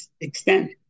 extent